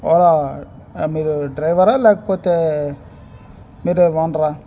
ఓలా మీరు డ్రైవరా లేకపోతే మీరే ఓనర్ ఆ